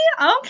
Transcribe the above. Okay